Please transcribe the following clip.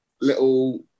little